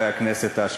חברי הכנסת האשכנזים,